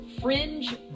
fringe